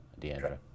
Deandra